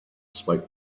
smoke